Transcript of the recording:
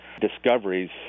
discoveries